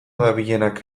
dabilenak